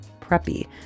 Preppy